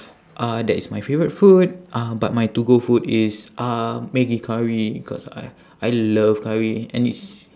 uh that is my favourite food uh but my to go food is uh maggi curry cause I I love curry and it's